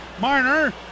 Marner